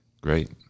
Great